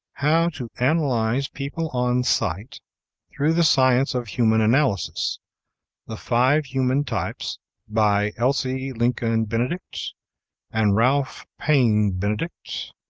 how to analyze people on sight through the science of human analysis the five human types by elsie lincoln benedict and ralph paine benedict